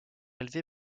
élevé